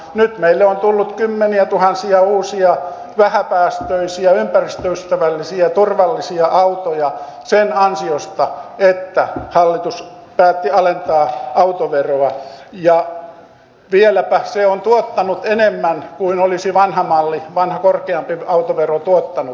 nyt meille on tullut kymmeniätuhansia uusia vähäpäästöisiä ympäristöystävällisiä ja turvallisia autoja sen ansiosta että hallitus päätti alentaa autoveroa ja se on vieläpä tuottanut enemmän kuin vanha malli vanha korkeampi autovero olisi tuottanut